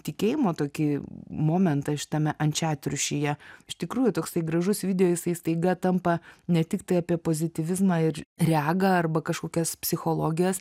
tikėjimo tokį momentą šitame ančiatriušyje iš tikrųjų toksai gražus video jisai staiga tampa ne tiktai apie pozityvizmą ir regą arba kažkokias psichologijas